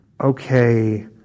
okay